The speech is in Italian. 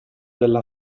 della